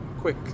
quick